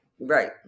Right